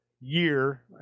year